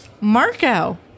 Marco